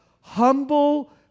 humble